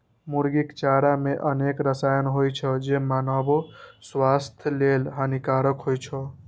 मुर्गीक चारा मे अनेक रसायन होइ छै, जे मानवो स्वास्थ्य लेल हानिकारक होइ छै